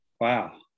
Wow